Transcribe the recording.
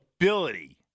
ability